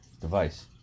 device